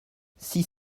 six